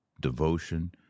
devotion